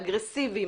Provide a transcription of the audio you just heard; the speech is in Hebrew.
אגרסיבי,